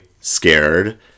scared